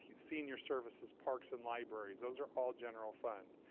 ah senior services, parks and libraries, those are all general fund.